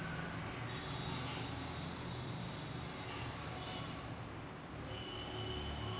तुम्ही मोबाईलवरून ऍपद्वारे बँक तपशील देखील तपासू शकता